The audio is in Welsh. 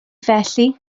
felly